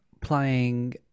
playing